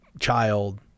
Child